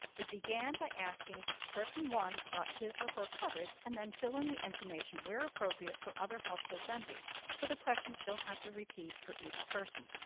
it began by asking person one about his or her coverage and then fill in the information where appropriate for other household members. so the questions don't have to repeat for each person.